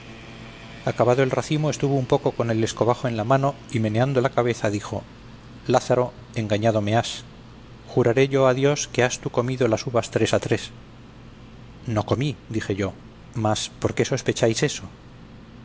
acabado el racimo estuvo un poco con el escobajo en la mano y meneando la cabeza dijo lázaro engañado me has juraré yo a dios que has tú comido las uvas tres a tres no comí dije yo mas por qué sospecháis eso